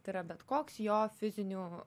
tai yra bet koks jo fizinių